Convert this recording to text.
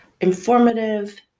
informative